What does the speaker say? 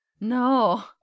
No